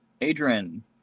Adrian